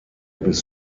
bis